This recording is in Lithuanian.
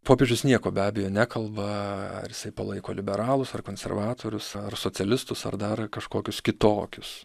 popiežius nieko be abejo nekalba ar jisai palaiko liberalus ar konservatorius ar socialistus ar daro kažkokius kitokius